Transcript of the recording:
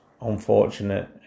unfortunate